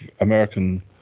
american